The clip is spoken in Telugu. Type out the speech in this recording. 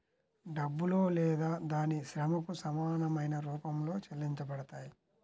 డబ్బులో లేదా దాని శ్రమకు సమానమైన రూపంలో చెల్లించబడతాయి